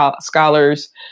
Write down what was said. scholars